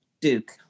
Duke